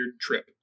trip